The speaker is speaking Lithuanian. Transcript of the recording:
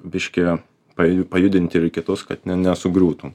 biškį paju pajudinti ir kitus kad ne nesugriūtų